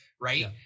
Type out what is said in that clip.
right